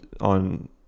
on